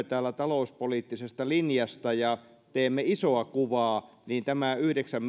täällä talouspoliittisesta linjasta ja teemme isoa kuvaa niin tämä yhdeksän